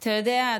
אתה יודע,